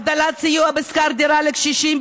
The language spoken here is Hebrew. הגדלת סיוע בשכר דירה לקשישים,